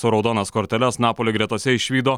o raudonas korteles napolio gretose išvydo